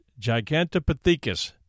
Gigantopithecus